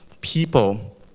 people